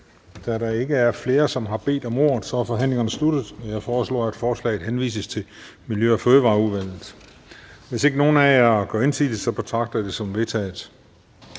Da der ikke er flere, som har bedt om ordet, er forhandlingerne sluttet. Jeg foreslår, at forslaget til folketingsbeslutning henvises til Miljø- og Fødevareudvalget. Hvis ikke nogen af jer gør indsigelse, betragter jeg det som vedtaget.